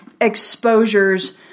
exposures